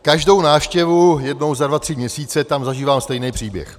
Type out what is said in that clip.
Každou návštěvu jednou za dva tři měsíce tam zažívám stejný příběh.